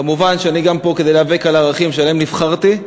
וכמובן אני פה גם להיאבק על הערכים שעליהם נבחרתי,